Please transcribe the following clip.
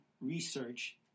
research